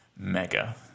Mega